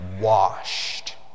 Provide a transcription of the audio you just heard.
washed